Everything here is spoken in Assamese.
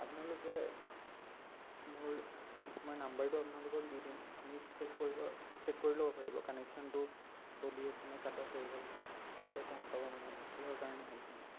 আপোনালোকে মোৰ মই নাম্বাৰটো আপোনালোকক দি দিম আপুনি চেক কৰিব চেক কৰি ল'ব পাৰিব কানেকশ্যনটো চলি আছেনে কাট অফ হৈ গ'ল তেতিয়া গম পাব মানে কিহৰ কাৰণে হৈছে